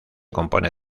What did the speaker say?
compone